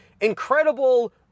incredible